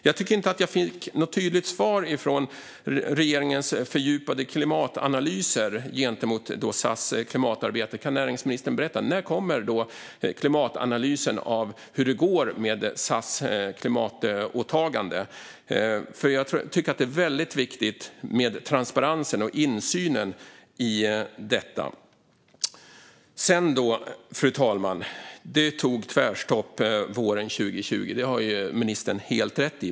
Jag tycker inte att jag fick något tydligt svar från regeringens fördjupade klimatanalyser vad gäller SAS klimatarbete. Kan näringsministern berätta när det kommer en klimatanalys av hur det går med SAS klimatåtagande? Jag tycker att det är väldigt viktigt med transparensen och insynen i detta. Fru talman! Det tog tvärstopp våren 2020. Det har ministern helt rätt i.